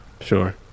Sure